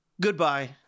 Goodbye